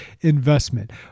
investment